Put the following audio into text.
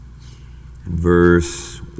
verse